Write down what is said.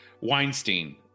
Weinstein